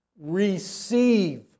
receive